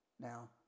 Now